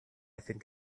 think